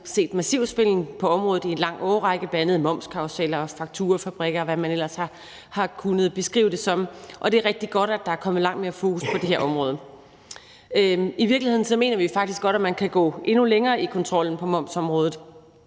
blevet set massiv svindel på området i en lang årrække, bl.a. med momskarruseller og fakturafabrikker, og hvad man ellers har kunnet beskrive det som. Og det er rigtig godt, at der er kommet langt mere fokus på det her område. I virkeligheden mener vi, at man godt kan gå endnu længere i kontrollen på momsområdet.